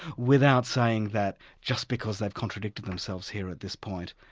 without saying that just because they've contradicted themselves here at this point,